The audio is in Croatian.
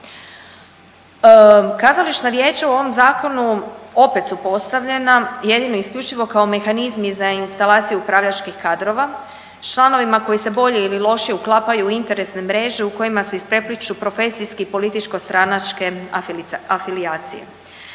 Kazališna vijeća u ovom zakonu opet su postavljena jedino i isključivo kao mehanizmi za instalaciju upravljačkih kadrova sa članovima koji se bolje ili lošije uklapaju u interesne mreže u kojima se isprepliću profesijski političko stranačke afilijacije.